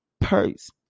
purse